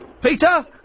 Peter